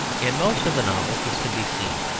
in most of the novels this can be seen.